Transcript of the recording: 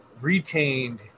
retained